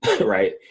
right